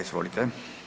Izvolite.